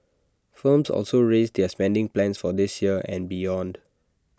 firms also raised their spending plans for this year and beyond